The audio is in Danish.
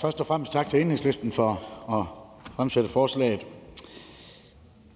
Først og fremmest tak til Enhedslisten for at fremsætte forslaget.